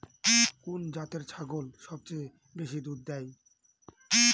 কোন জাতের ছাগল সবচেয়ে বেশি দুধ দেয়?